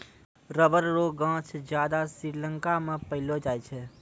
rubber रो गांछ ज्यादा श्रीलंका मे पैलो जाय छै